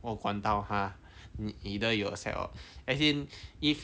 我管到 !huh! either yourself as in if